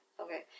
okay